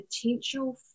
potential